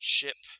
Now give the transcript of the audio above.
ship